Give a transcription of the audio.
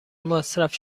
مصرف